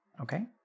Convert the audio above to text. okay